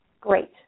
great